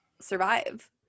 survive